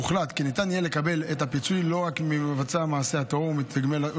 הוחלט כי ניתן יהיה לקבל את הפיצוי לא רק ממבצע מעשה הטרור וממתגמל